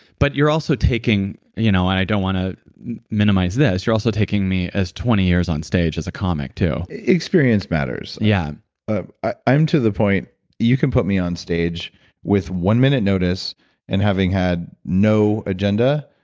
but you're also taking, you know and i don't want to minimize this, you're also taking me as twenty years on stage as a comic, too experience matters yeah ah i'm to the point you can put me on stage with one minute notice and having had no agenda,